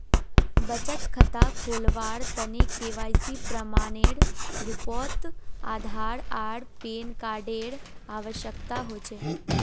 बचत खता खोलावार तने के.वाइ.सी प्रमाण एर रूपोत आधार आर पैन कार्ड एर आवश्यकता होचे